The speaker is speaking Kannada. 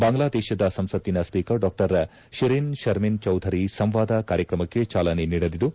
ಬಾಂಗ್ಲಾದೇಶದ ಸಂಸತ್ತಿನ ಸ್ವೀಕರ್ ಡಾ ಶರ್ಮಿನ್ ಶರ್ಮಿನ್ ಚೌಧರಿ ಸಂವಾದ ಕಾರ್ಯಕ್ರಮಕ್ಕೆ ಚಾಲನೆ ನೀಡಲಿದ್ದು